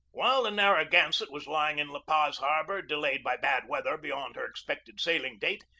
while the narragansett was lying in la paz har bor, delayed by bad weather beyond her expected sailing date,